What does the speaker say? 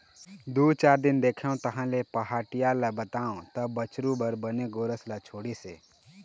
दू चार दिन देखेंव तहाँले पहाटिया ल बताएंव तब बछरू बर बने गोरस ल छोड़िस हे